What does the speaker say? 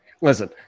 Listen